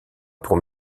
pour